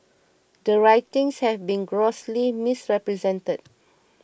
the writings have been grossly misrepresented